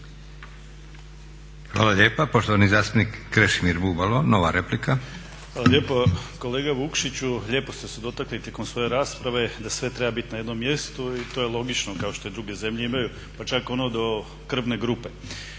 Hvala lijepa. Poštovani zastupnik Krešimir Bubalo, nova replika. **Bubalo, Krešimir (HDSSB)** Hvala lijepo. Kolega Vukšiću, lijepo ste se dotakli tijekom svoje rasprave da sve treba bit na jednom mjestu i to je logično, kao što i druge zemlje imaju pa čak ono do krvne grupe.